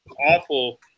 awful